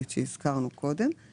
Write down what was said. הכנסנו הסתייגויות כדי לזרז את זה.